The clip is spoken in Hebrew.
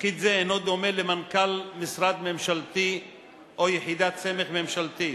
תפקיד זה אינו דומה למנכ"ל משרד ממשלתי או יחידת סמך ממשלתית.